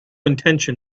intention